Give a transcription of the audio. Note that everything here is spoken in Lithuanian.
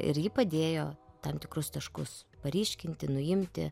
ir ji padėjo tam tikrus taškus paryškinti nuimti